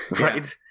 right